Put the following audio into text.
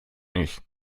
nicht